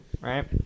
right